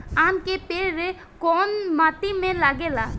आम के पेड़ कोउन माटी में लागे ला?